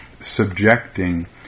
subjecting